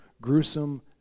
gruesome